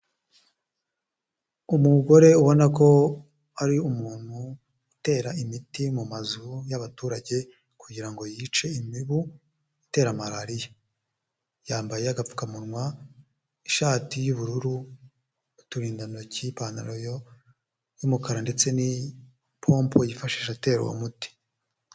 Umugore ubona ko ari umuntu utera imiti mu mazu y'abaturage kugira ngo yice imibu itera malariya. Yambaye agapfukamunwa, ishati y'ubururu, uturindantoki, ipantaro y'umukara ndetse n'ipopo yifashisha atera uwo muti.